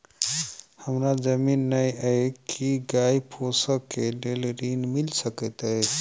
हमरा जमीन नै अई की गाय पोसअ केँ लेल ऋण मिल सकैत अई?